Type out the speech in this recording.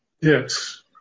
Yes